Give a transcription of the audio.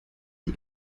die